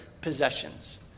possessions